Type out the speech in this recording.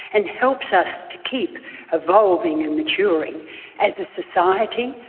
and helps us to keep evolving and maturing as a society,